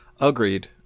agreed